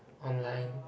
online